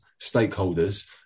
stakeholders